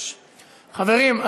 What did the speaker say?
חברים,